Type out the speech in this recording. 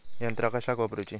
यंत्रा कशाक वापुरूची?